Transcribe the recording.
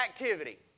activity